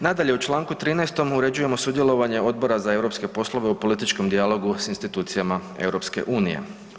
Nadalje, u čl. 13. uređujemo sudjelovanje Odbora za europske poslove u političkom dijalogu s institucijama EU-a.